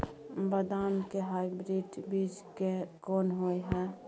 बदाम के हाइब्रिड बीज कोन होय है?